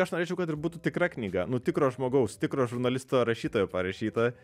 aš norėčiau kad ir būtų tikra knyga nu tikro žmogaus tikro žurnalisto rašytojo parašyta